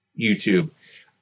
YouTube